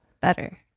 better